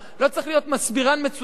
לא צריך להיות מסבירן מצוין,